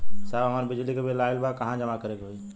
साहब हमार बिजली क बिल ऑयल बा कहाँ जमा करेके होइ?